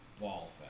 ball